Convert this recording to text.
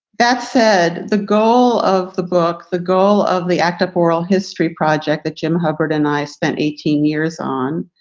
that said, the goal of the book, the goal of the act of oral history project that jim hubbard and i spent eighteen years on,